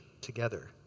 together